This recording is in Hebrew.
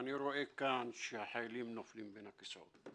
אני רואה כאן שהחיילים נופלים בין הכיסאות.